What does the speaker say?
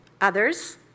Others